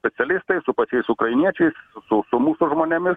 specialistai su pačiais ukrainiečiais su su mūsų žmonėmis